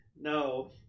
No